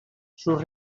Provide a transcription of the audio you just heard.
sus